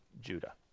Judah